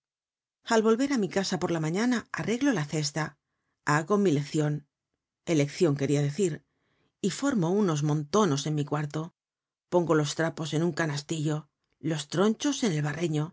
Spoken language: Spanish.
al volver á mi casa por la mañana arreglo la cesta hago mi lecion eleccion queria decir y formo unos montonos en mi cuarto pongo los trapos en un canastillo los tronchos en el